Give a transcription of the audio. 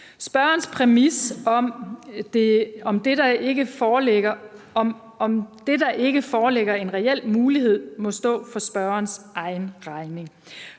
Spørgerens præmis om, at der ikke foreligger en reel mulighed, må stå for spørgerens egen regning.